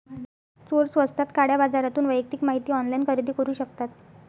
चोर स्वस्तात काळ्या बाजारातून वैयक्तिक माहिती ऑनलाइन खरेदी करू शकतात